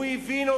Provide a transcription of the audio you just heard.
הוא כבר הבין,